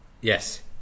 Yes